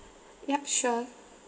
yup sure